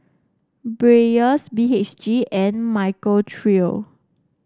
Dreyers B H G and Michael Trio